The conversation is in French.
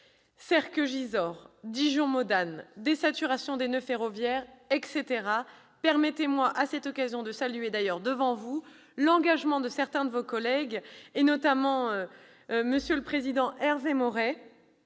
Serqueux-Gisors, Dijon-Modane, désaturation des noeuds ferroviaires, etc. Permettez-moi à cette occasion de saluer devant vous l'engagement de certains de vos collègues, notamment Hervé Maurey,